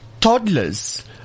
Toddlers